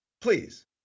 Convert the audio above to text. Please